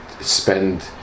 spend